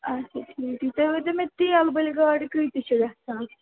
اَچھا ٹھیٖک تُہۍ ؤنۍ تَو مےٚ تیٚل بٔلۍ گاڈٕ کۭتِس چھِ گژھان